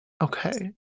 okay